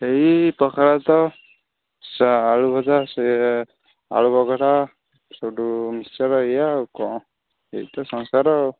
ସେଇ ପଖାଳ ତ ଆଳୁ ଭଜା ସେ ଆଳୁ ଚକଟା ଏସବୁ ମିକ୍ସଚର୍ ଇଏ ଆଉ କ'ଣ ଏଇ ତ ସଂସାର ଆଉ